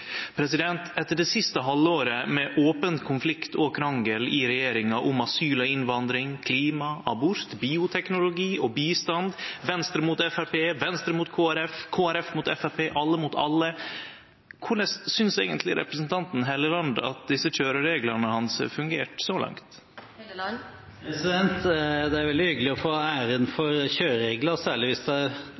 Etter det siste halvåret med open konflikt og krangel i regjeringa om asyl og innvandring, klima, abort, bioteknologi og bistand, Venstre mot Framstegspartiet, Venstre mot Kristeleg Folkeparti, Kristeleg Folkeparti mot Framstegspartiet, alle mot alle – korleis synest eigentleg representanten Helleland at desse køyrereglane hans har fungert så langt? Det er veldig hyggelig å få æren for kjøreregler, særlig hvis de fungerer optimalt. Men det